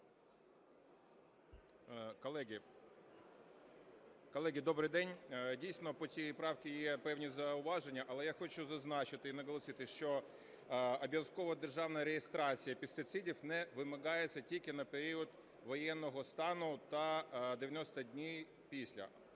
Колеги, добрий день! Дійсно, по цій правці є певні зауваження. Але я хочу зазначити і наголосити, що обов'язкова державна реєстрація пестицидів не вимагається тільки на період воєнного стану та 90 днів після.